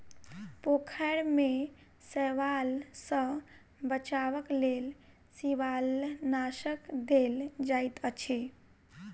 पोखैर में शैवाल सॅ बचावक लेल शिवालनाशक देल जाइत अछि